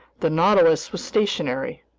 the nautilus was stationary.